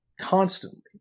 constantly